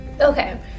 Okay